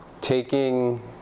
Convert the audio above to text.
Taking